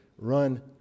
Run